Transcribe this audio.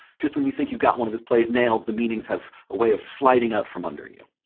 just when you think you've got one of his plays nailed, the meanings have a way of sliding out from under you.